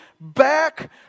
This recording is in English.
Back